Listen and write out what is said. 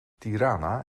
tirana